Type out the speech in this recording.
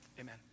amen